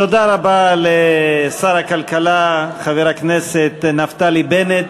תודה רבה לשר הכלכלה, חבר הכנסת נפתלי בנט,